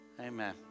Amen